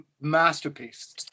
masterpiece